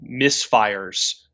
misfires